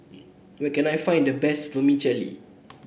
where can I find the best Vermicelli